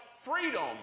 freedom